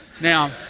Now